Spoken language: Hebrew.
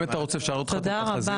אם אתה רוצה אפשר להראות לך את התחזית,